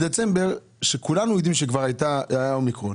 בדצמבר, שכולנו יודעים שכבר היה אומיקרון,